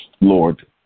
Lord